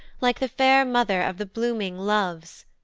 like the fair mother of the blooming loves,